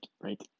right